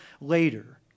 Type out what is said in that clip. later